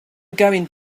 going